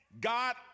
God